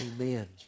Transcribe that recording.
Amen